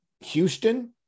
Houston